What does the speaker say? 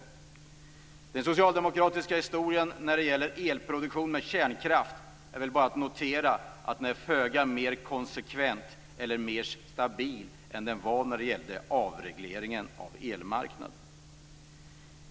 Jag vill bara notera att den socialdemokratiska historien när det gäller elproduktion med kärnkraft är föga mer konsekvent eller stabil än den var när det gällde avregleringen av elmarknaden.